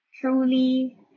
truly